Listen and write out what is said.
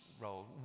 role